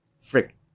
Frick